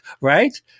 right